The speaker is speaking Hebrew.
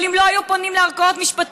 אבל אם לא היו פונים לערכאות משפטיות,